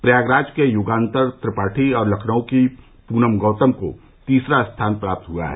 प्रयागराज के युगांतर त्रिपाठी और लखनऊ की पूनम गौतम को तीसरा स्थान प्राप्त हुआ है